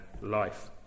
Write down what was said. life